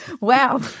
Wow